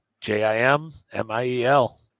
J-I-M-M-I-E-L